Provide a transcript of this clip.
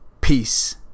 Peace